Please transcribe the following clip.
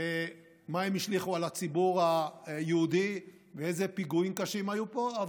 מה הן השליכו על הציבור היהודי ואיזה פיגועים קשים היו פה.